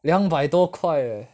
两百多块 leh